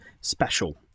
special